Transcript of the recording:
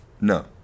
No